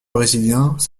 brésiliens